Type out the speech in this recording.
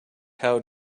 how